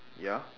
ya